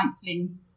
cycling